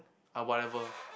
uh whatever